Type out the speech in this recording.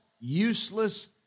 useless